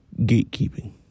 gatekeeping